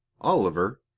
Oliver